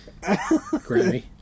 Grammy